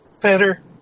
better